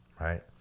right